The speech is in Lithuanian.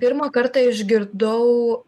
pirmą kartą išgirdau